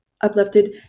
uplifted